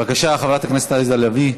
בבקשה, חברת הכנסת עליזה לביא.